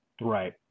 Right